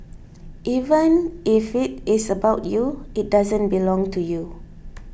even if it is about you it doesn't belong to you